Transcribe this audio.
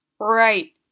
Right